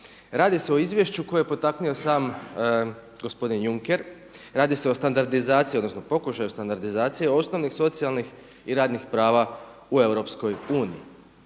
Radi se o izvješću koje je potaknuo sam gospodin Juncker. Radi se o standardizaciji, odnosno pokušaju standardizacije osnovnih socijalnih i radnih prava u EU.